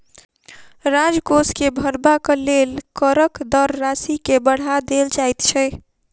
राजकोष के भरबाक लेल करक दर राशि के बढ़ा देल जाइत छै